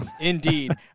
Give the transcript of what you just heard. Indeed